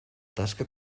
tasca